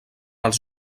els